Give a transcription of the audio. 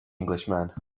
englishman